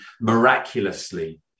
miraculously